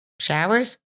Showers